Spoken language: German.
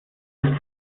ist